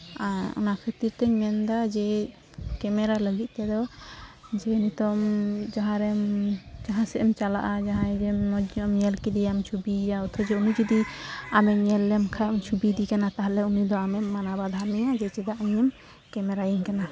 ᱟᱨ ᱚᱱᱟ ᱠᱷᱟᱹᱛᱤᱨ ᱛᱤᱧ ᱢᱮᱱᱫᱟ ᱡᱮ ᱠᱮᱢᱮᱨᱟ ᱞᱟᱹᱜᱤᱫ ᱛᱮᱫᱚ ᱡᱮ ᱱᱤᱛᱚᱝ ᱡᱟᱦᱟᱸ ᱨᱮᱢ ᱡᱟᱦᱟᱸ ᱥᱮᱫ ᱮᱢ ᱪᱟᱞᱟᱜᱼᱟ ᱡᱟᱦᱟᱸᱭ ᱜᱮ ᱢᱚᱡᱽ ᱧᱚᱜ ᱮᱢ ᱧᱮᱞ ᱠᱮᱫᱮᱭᱟ ᱪᱷᱚᱵᱤᱭᱮᱭᱟ ᱚᱛᱷᱚᱪᱚ ᱩᱱᱤ ᱡᱩᱫᱤ ᱟᱢᱮ ᱧᱮᱞ ᱞᱮᱢᱠᱷᱟᱱ ᱪᱷᱚᱵᱤᱭᱮᱫᱮ ᱠᱟᱱᱟ ᱛᱟᱦᱚᱞᱮ ᱩᱱᱤ ᱫᱚ ᱟᱢᱮ ᱢᱟᱱᱟ ᱵᱟᱫᱷᱟ ᱢᱮᱭᱟ ᱡᱮ ᱪᱮᱫᱟᱜ ᱤᱧᱮᱢ ᱠᱮᱢᱮᱨᱟᱭᱤᱧ ᱠᱟᱱᱟ